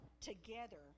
together